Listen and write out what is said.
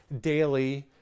daily